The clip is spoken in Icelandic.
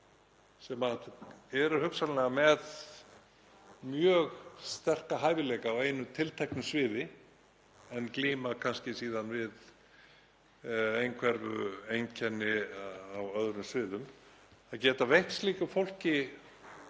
sem eru hugsanlega með mjög sterka hæfileika á einu tilteknu sviði en glíma kannski síðan við einhverfueinkenni á öðrum sviðum, að geta veitt slíku fólki